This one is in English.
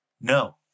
No